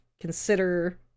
consider